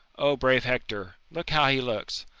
o brave hector! look how he looks.